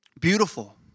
Beautiful